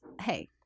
hey